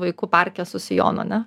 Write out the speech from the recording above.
vaiku parke su sijonu ane